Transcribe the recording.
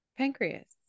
Pancreas